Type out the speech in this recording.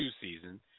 season